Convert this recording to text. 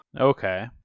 Okay